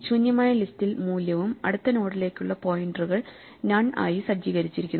ശൂന്യമായ ലിസ്റ്റിൽ മൂല്യവും അടുത്ത നോഡിലേക്കുള്ള പോയിന്ററുകൾ നൺ ആയി സജ്ജീകരിച്ചിരിക്കുന്നു